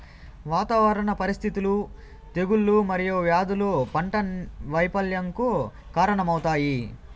వాతావరణ పరిస్థితులు, తెగుళ్ళు మరియు వ్యాధులు పంట వైపల్యంకు కారణాలవుతాయి